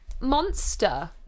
monster